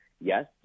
Yes